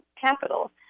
capital